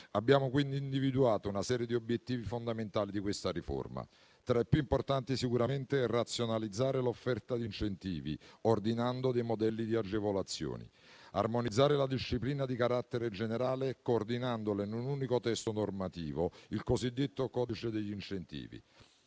Abbiamo quindi individuato una serie di obiettivi fondamentali di questa riforma. Tra i più importanti: razionalizzare l'offerta di incentivi ordinando dei modelli di agevolazioni; armonizzare la disciplina di carattere generale coordinandola in un unico testo normativo, il cosiddetto codice degli incentivi;